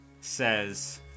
says